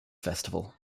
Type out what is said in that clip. festival